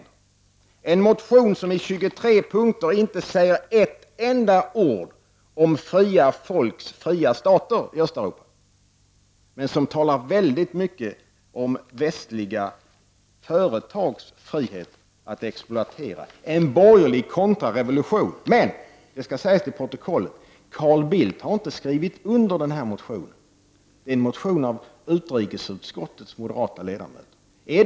Detta är en motion i 23 punkter i vilken man inte säger ett enda ord om fria folks fria stater i Östeuropa, men man talar väldigt mycket om västliga företags frihet att exploatera. Detta är en borgerlig kontrarevolution. Men det skall sägas till protokollet: Carl Bildt har inte skrivit under den här motionen. Det är en motion från utrikesutskottets moderata ledamöter.